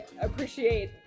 appreciate